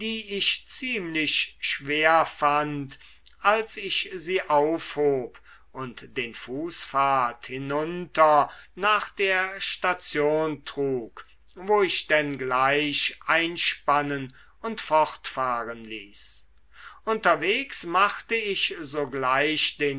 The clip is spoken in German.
ich ziemlich schwer fand als ich sie aufhob und den fußpfad hinunter nach der station trug wo ich denn gleich einspannen und fortfahren ließ unterwegs machte ich sogleich den